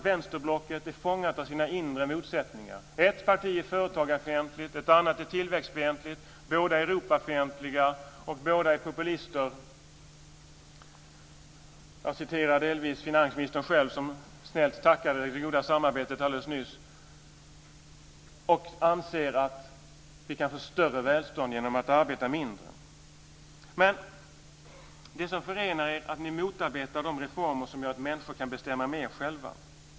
Vänsterblocket är fångat av sina inre motsättningar. Ett parti är företagarfientligt. Ett annat parti är tillväxtfientligt. Båda partierna är Europafientliga, och båda partierna är populister. Jag citerar delvis finansministern själv, som alldeles nyss själv tackade för det goda samarbetet, som anser att vi kan få större välstånd genom att arbeta mindre. Det som förenar er är att ni motarbetar de reformer som gör att människor kan bestämma mer själva.